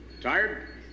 Tired